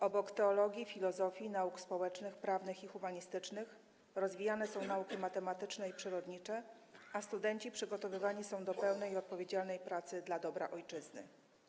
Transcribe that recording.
Obok teologii, filozofii, nauk społecznych, prawnych i humanistycznych rozwijane są nauki matematyczne i przyrodnicze, a studenci przygotowywani są do pełnej i odpowiedzialnej pracy dla dobra Ojczyzny.